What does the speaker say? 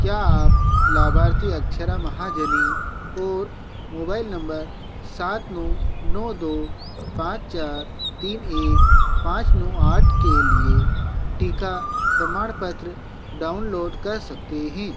क्या आप लाभार्थी अक्षरा महाजनी और मोबाइल नम्बर सात नौ नौ दो पाँच चार तीन एक पाँच नौ आठ के लिए टीका प्रमाणपत्र डाउनलोड कर सकते हैं